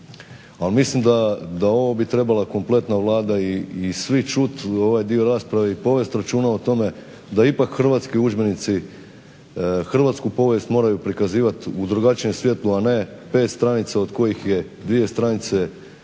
ali mislim da bi o ovome trebala konkretna Vlada i svi čuti ovaj dio rasprave i povest računa o tome da ipak hrvatski udžbenici hrvatsku povijest moraju prikazivati u drugačijem svjetlu a ne 5 stranica od kojih je 2 stranice u